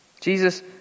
Jesus